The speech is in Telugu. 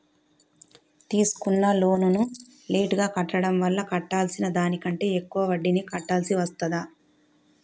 తీసుకున్న లోనును లేటుగా కట్టడం వల్ల కట్టాల్సిన దానికంటే ఎక్కువ వడ్డీని కట్టాల్సి వస్తదా?